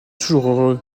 toujours